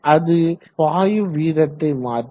அது பாயும் வீதத்தை மாற்றும்